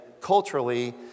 culturally